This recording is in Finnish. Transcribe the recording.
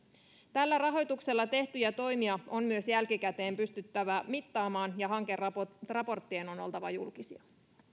tällä rahoituksella tehtyjä toimia on myös jälkikäteen pystyttävä mittaamaan ja hankeraporttien on oltava julkisia